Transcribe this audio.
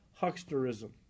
hucksterism